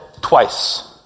twice